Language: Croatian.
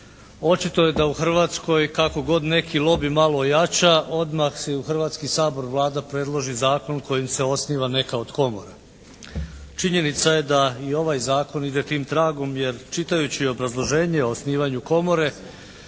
Očito je da u Hrvatskoj kako god neki lobij malo ojača odmah si u Hrvatski sabor Vlada predloži zakon kojim se osniva neka od komora. Činjenica je da je i ovaj zakon ide tim tragom jer čitajući obrazloženje o osnivanju komore